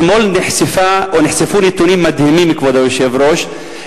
אתמול נחשפו נתונים מדהימים, כבוד היושב-ראש.